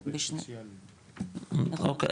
אוקי,